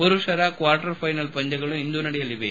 ಪುರುಷರ quarter final ಪಂದ್ಭಗಳು ಇಂದು ನಡೆಯಲಿವೆ